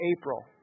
April